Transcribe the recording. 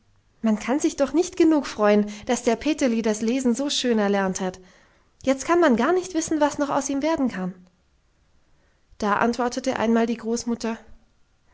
man kann sich doch nicht genug freuen daß der peterli das lesen so schön erlernt hat jetzt kann man gar nicht wissen was noch aus ihm werden kann da antwortete einmal die großmutter